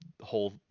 whole